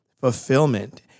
fulfillment